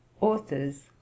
Authors